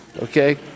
Okay